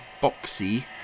boxy